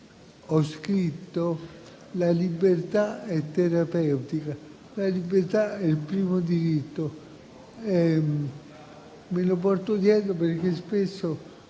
ho scritto che la libertà è terapeutica ed è il primo diritto. Me lo porto dietro, perché spesso